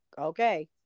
okay